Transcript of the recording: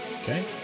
Okay